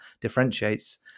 differentiates